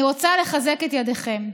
אני רוצה לחזק את ידיכם.